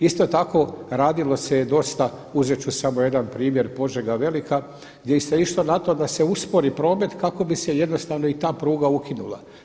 Isto tako, radilo se je dosta, uzet ću samo jedan primjer Požega Velika gdje se išlo na to da se uspori promet kako bi se jednostavno i ta pruga ukinula.